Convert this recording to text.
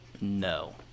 No